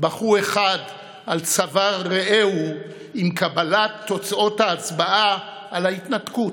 בכו אחד על צוואר רעהו עם קבלת תוצאות ההצבעה על ההתנתקות.